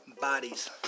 bodies